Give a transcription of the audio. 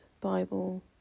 Bible